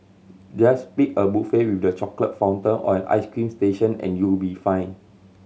just pick a buffet with the chocolate fountain or an ice cream station and you'll be fine